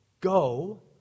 go